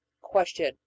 Question